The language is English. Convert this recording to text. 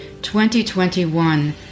2021